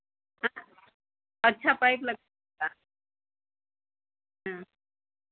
अच्छा पाइप लगा